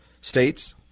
states